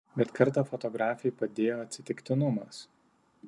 bet kartą fotografei padėjo atsitiktinumas